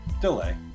Delay